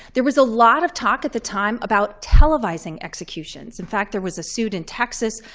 there was a lot of talk at the time about televising executions. in fact, there was a suit in texas,